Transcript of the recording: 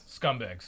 Scumbags